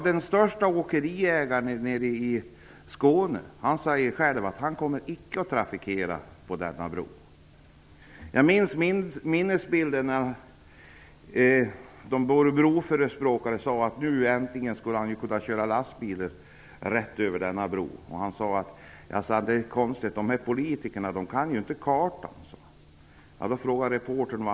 Den störste åkeriägaren i Skåne säger själv att han icke kommer att trafikera bron. Jag har en minnesbild av en broförespråkare som sade att man nu skulle kunna köra lastbil rätt över denna bro. Åkeriägaren tyckte att det var konstigt att politikerna inte kan kartan.